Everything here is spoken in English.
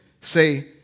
say